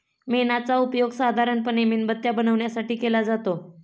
मेणाचा उपयोग साधारणपणे मेणबत्त्या बनवण्यासाठी केला जातो